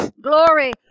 glory